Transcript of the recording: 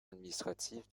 administrative